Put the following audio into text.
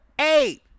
eight